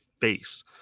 face